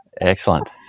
excellent